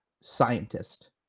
scientist